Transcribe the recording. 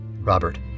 Robert